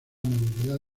movilidad